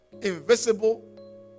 invisible